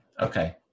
Okay